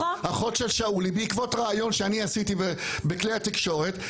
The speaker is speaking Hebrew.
בעקבות ריאיון שאני עשיתי בכלי התקשורת,